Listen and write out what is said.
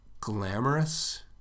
glamorous